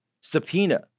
subpoena